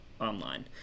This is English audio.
online